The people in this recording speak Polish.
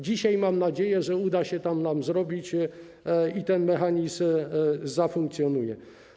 Dzisiaj mam nadzieję, że uda się nam to zrobić i ten mechanizm zafunkcjonuje.